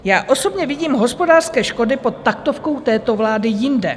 Já osobně vidím hospodářské školy pod taktovkou této vlády jinde.